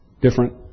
different